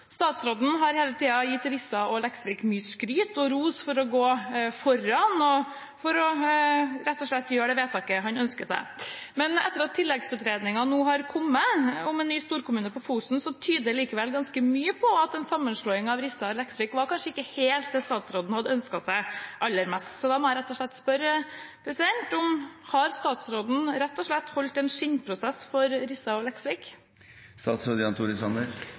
Statsråden har hele tiden gitt Rissa og Leksvik mye skryt og ros for å gå foran og for rett og slett å gjøre det vedtaket han ønsker seg. Men etter at tilleggsutredningen nå har kommet om en ny storkommune på Fosen, tyder likevel ganske mye på at sammenslåingen av Rissa og Leksvik kanskje ikke var helt det statsråden hadde ønsket seg aller mest. Så da må jeg spørre: Har statsråden rett og slett holdt en skinnprosess for Rissa og